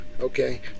Okay